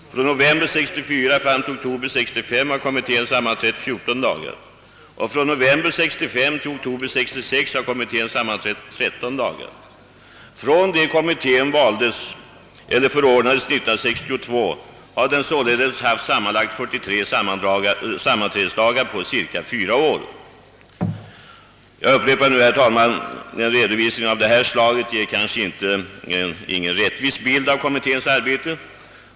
Från november 1964 fram till oktober 1965 har kommittén sammanträtt fjorton dagar. Från november 1965 till oktober 1966 har kommittén sammanträtt tretton dagar. Från det att kommittén förordnades år 1962 har den således haft sammanlagt fyrtiotre sammanträdesdagar på sammanlagt fyra år. Jag upprepar nu, herr talman, att en redovisning av detta slag kanske inte ger någon rättvis bild av kommitténs arbete.